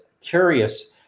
curious